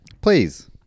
Please